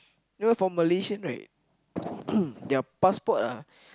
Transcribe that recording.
you know for Malaysian right their passport ah